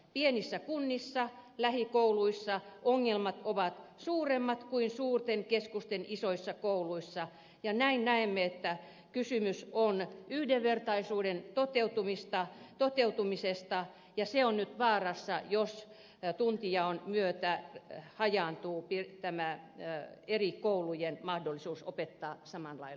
pienissä kunnissa lähikouluissa ongelmat ovat suuremmat kuin suurten keskusten isoissa kouluissa ja näin näemme että kysymys on yhdenvertaisuuden toteutumisesta ja se on nyt vaarassa jos tuntijaon myötä hajaantuu eri koulujen mahdollisuus opettaa samalla tavalla